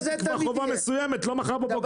גם אם תיקבע חובה מסוימת לא מחר בבוקר היא תקרה.